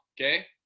okay